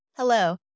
Hello